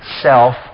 self